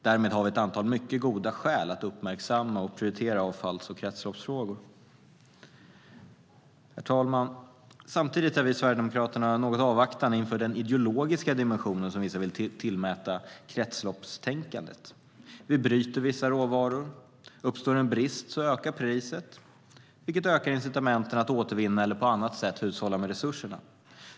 Vi har alltså ett antal mycket goda skäl att uppmärksamma och prioritera avfalls och kretsloppsfrågor. Samtidigt är vi i Sverigedemokraterna något avvaktande inför den ideologiska dimension som vissa vill tillmäta kretsloppstänkandet, herr talman. Vi bryter vissa råvaror, och om det uppstår en brist ökar priset - vilket ökar incitamenten att återvinna eller på annat sätt hushålla med resurserna.